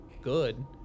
Good